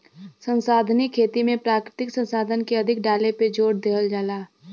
संसाधनीय खेती में प्राकृतिक संसाधन के अधिक डाले पे जोर देहल जाला